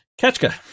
Ketchka